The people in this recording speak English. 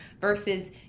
versus